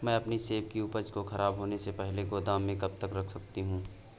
मैं अपनी सेब की उपज को ख़राब होने से पहले गोदाम में कब तक रख सकती हूँ?